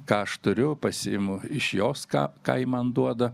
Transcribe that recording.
ką aš turiu pasiimu iš jos ką ką ji man duoda